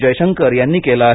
जयशंकर यांनी केलं आहे